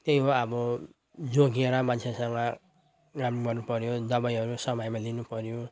त्यही हो अब जोगिएर मान्छेसँग काम गर्नुपर्यो दबाईहरू समयमा लिनुपर्यो